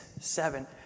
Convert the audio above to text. seven